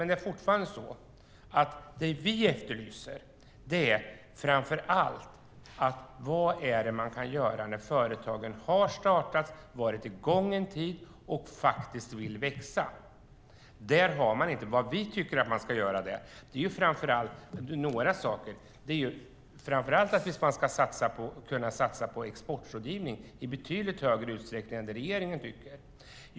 Det vi efterlyser är fortfarande framför allt: Vad är det man kan göra när företagen har startat, varit i gång en tid och vill växa? Det vi tycker att man ska göra där är framför allt att kunna satsa på exportrådgivning i betydligt större utsträckning än vad regeringen tycker.